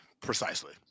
Precisely